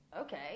okay